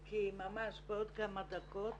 כי ממש בעוד כמה דקות